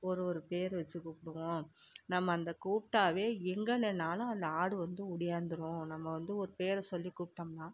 ஒரு ஒரு பேர் வச்சு கூப்பிடுவோம் நம்ம அந்த கூப்பிட்டாவே எங்கே நின்றாலும் அந்த ஆடு வந்து ஓடியாந்திரும் நம்ம வந்து ஒரு பேரை சொல்லி கூப்பிட்டோம்னா